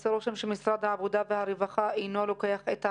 עושה רושם שמשרד העבודה והרווחה אינו לוקח את העסק.